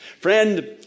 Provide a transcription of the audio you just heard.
Friend